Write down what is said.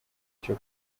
cyo